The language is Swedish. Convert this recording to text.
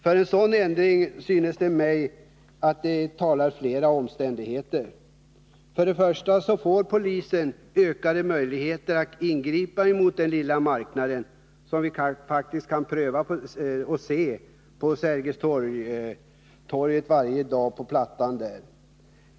För en sådan ändring talar, synes det mig, flera omständigheter. För det första får polisen ökade möjligheter att ingripa mot den lilla marknaden, som vi kan se på plattan här vid Sergels torg varje dag.